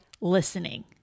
listening